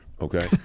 okay